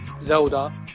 Zelda